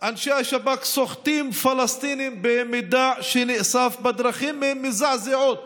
אנשי השב"כ סוחטים פלסטינים ומידע נאסף בדרכים מזעזעות